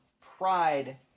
Pride